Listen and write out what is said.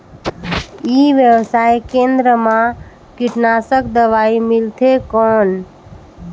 ई व्यवसाय केंद्र मा कीटनाशक दवाई मिलथे कौन?